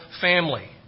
family